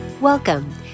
Welcome